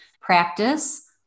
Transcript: practice